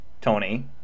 tony